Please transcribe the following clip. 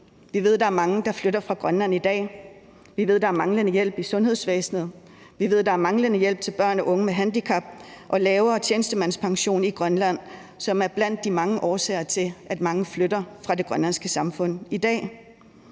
Vi ved, der er mange, der flytter fra Grønland i dag. Vi ved, at der er manglende hjælp i sundhedsvæsenet. Vi ved, at der er manglende hjælp til børn og unge med handicap og lavere tjenestemandspension i Grønland, hvilket er blandt de mange årsager til, at mange flytter fra det grønlandske samfund i dag.